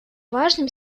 важным